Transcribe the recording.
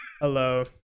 Hello